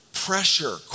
Pressure